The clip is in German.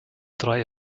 drei